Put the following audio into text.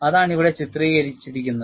അതാണ് ഇവിടെ ചിത്രീകരിച്ചിരിക്കുന്നത്